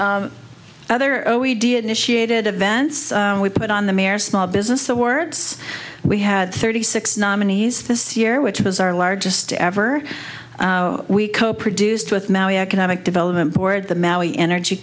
us other o e dia initiated events we put on the mayor small business the words we had thirty six nominees this year which was our largest ever we co produced with my economic development board the maui energy